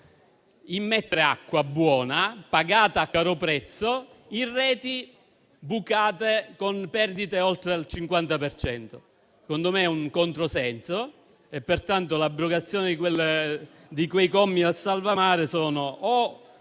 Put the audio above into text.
immettere acqua buona, pagata a caro prezzo, in reti bucate, con perdite di oltre il 50 per cento. Secondo me è un controsenso e pertanto l'abrogazione di quei commi della legge salva mare sono o